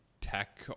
tech